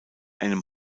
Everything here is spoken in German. einem